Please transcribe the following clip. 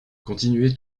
continuez